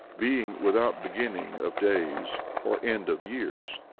being without beginning of days or end of years,